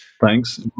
Thanks